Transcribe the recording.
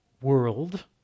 world